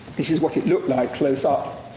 this is what it looked like close up.